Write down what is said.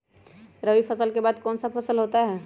रवि फसल के बाद कौन सा फसल होता है?